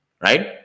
right